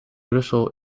brussel